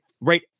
right